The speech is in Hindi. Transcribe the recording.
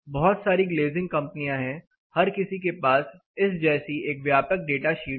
बहुत सारी ग्लेज़िंग कंपनियां हैं हर किसी के पास इस जैसी एक व्यापक डेटा शीट है